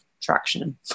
traction